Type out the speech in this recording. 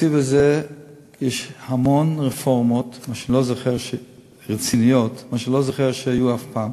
בתקציב הזה יש המון רפורמות רציניות שאני לא זוכר שהיו אי-פעם.